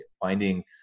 finding